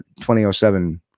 2007